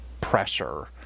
pressure